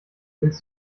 willst